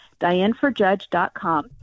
dianeforjudge.com